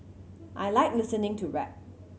I like listening to rap